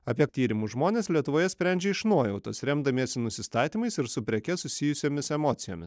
apie tyrimus žmonės lietuvoje sprendžia iš nuojautos remdamiesi nusistatymais ir su preke susijusiomis emocijomis